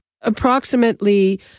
Approximately